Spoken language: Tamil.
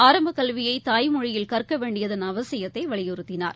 ஆரம்பக்கல்வியை தாய்மொழியில் கற்க வேண்டியதன் அவசியத்தை திரு வலியுறுத்தினார்